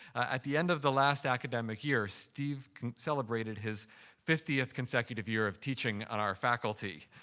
at the end of the last academic year, steve celebrated his fiftieth consecutive year of teaching on our faculty.